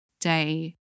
day